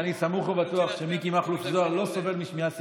אני סמוך ובטוח שמיקי מכלוף זוהר לא סובל משמיעה סלקטיבית.